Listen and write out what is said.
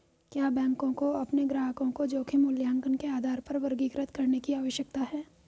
क्या बैंकों को अपने ग्राहकों को जोखिम मूल्यांकन के आधार पर वर्गीकृत करने की आवश्यकता है?